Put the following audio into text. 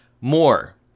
more